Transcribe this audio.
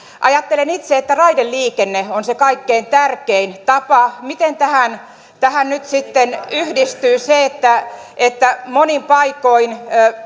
ajattelen itse että raideliikenne on se kaikkein tärkein tapa miten tähän tähän nyt sitten yhdistyy se että että monin paikoin